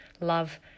love